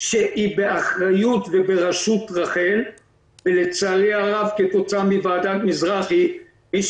שהיא באחריות ובראשות רח"ל ולצערי הרב כתוצאה מוועדת מזרחי מי